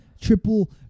triple